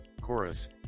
Chorus